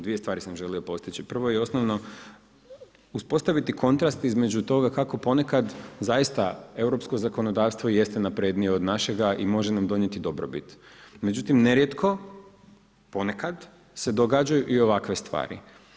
Dvije stvari sam želio postići, prvo i osnovno uspostaviti kontrast između toga kako ponekad zaista europsko zakonodavstvo jeste naprednije od našega i može nam donijeti dobrobit, međutim nerijetko se ponekad događaju i ovakve stvari.